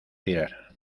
tirar